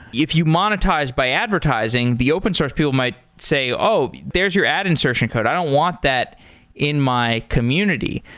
if you monetized by advertising, the open source people might say, oh! there's your ad insertion code. i don't want that in my community.